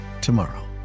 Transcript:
tomorrow